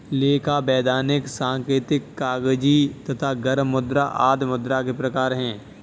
लेखा, वैधानिक, सांकेतिक, कागजी तथा गर्म मुद्रा आदि मुद्रा के प्रकार हैं